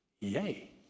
yay